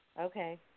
okay